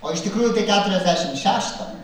o iš tikrųjų tai keturiasdešim šeštą